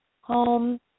home